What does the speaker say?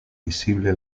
visible